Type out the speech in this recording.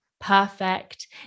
perfect